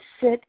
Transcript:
sit